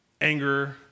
anger